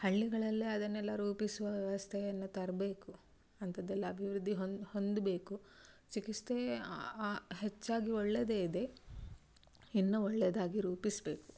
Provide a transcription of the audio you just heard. ಹಳ್ಳಿಗಳಲ್ಲೇ ಅದನ್ನೆಲ್ಲಾ ರೂಪಿಸುವ ವ್ಯವಸ್ಥೆಯನ್ನು ತರಬೇಕು ಅಂಥದೆಲ್ಲಾ ಅಭಿವೃದ್ದಿ ಹೊಂದಬೇಕು ಚಿಕಿತ್ಸೆ ಹೆಚ್ಚಾಗಿ ಒಳ್ಳೆದೇ ಇದೆ ಇನ್ನು ಒಳ್ಳೆದಾಗಿ ರೂಪಿಸಬೇಕು